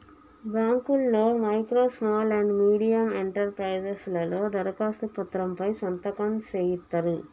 బాంకుల్లో micro small and medium enterprises లలో దరఖాస్తు పత్రం పై సంతకం సేయిత్తరు